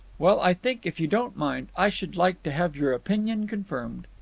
well, i think, if you don't mind, i should like to have your opinion confirmed.